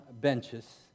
benches